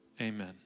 Amen